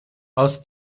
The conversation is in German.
aus